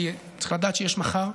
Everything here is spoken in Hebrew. כי צריך לדעת שיש מחר,